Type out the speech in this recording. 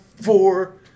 Four